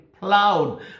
plowed